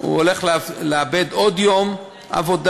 הוא הולך לאבד עוד יום עבודה,